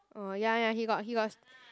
oh ya ya he got he got